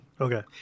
Okay